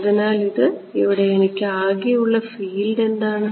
അതിനാൽ ഇവിടെ എനിക്ക് ആകെ ഉള്ള ഫീൽഡ് എന്താണ്